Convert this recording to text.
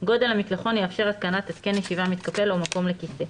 גודל המקלחון יאפשר התקנת התקן ישיבה מתקפל או מקום לכיסא,